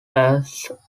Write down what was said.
ace